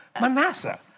Manasseh